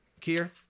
Kier